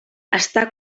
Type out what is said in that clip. està